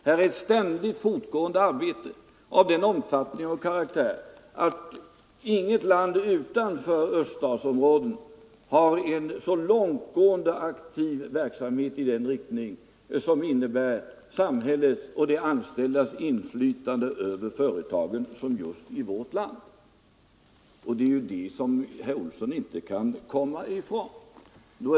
Här sker ett ständigt fortgående arbete av sådan omfattning och karaktär att det inte finns något land utanför Öststatsområdet där samhället och de anställda har ett så långtgående inflytande över företagen som i vårt land. Det kan herr Olsson inte komma ifrån.